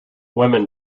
women